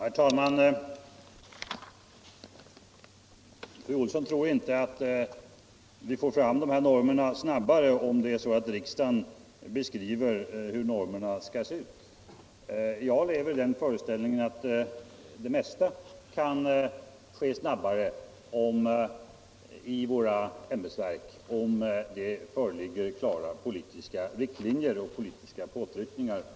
Herr talman! Fru Olsson i Hölö tror inte att vi får normerna snabbare om riksdagen föreskriver hur de skall se ut. Jag lever i den föreställningen att det mesta kan ske snabbare i våra ämbetsverk, om det föreligger klara politiska riktlinjer och, om man så vill, påtryckningar.